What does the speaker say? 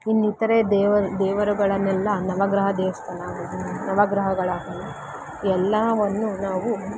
ಇನ್ನಿತರೆ ದೇವರ ದೇವರುಗಳನ್ನೆಲ್ಲ ನವಗ್ರಹ ದೇವಸ್ಥಾನ ನವಗ್ರಹಗಳಾಗಲಿ ಎಲ್ಲವನ್ನೂ ನಾವು